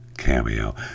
Cameo